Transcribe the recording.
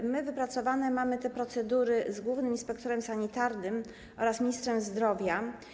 My mamy wypracowane te procedury z głównym inspektorem sanitarnym oraz ministrem zdrowia.